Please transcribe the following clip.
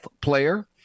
player